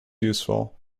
useful